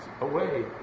away